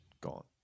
Gone